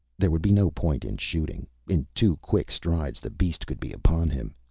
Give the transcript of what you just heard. there would be no point in shooting. in two quick strides, the beast could be upon him.